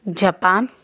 Japan